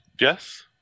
Yes